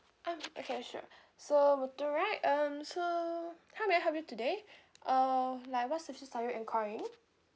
um okay sure so muthu right um so how may I help you today uh like what services are you enquiring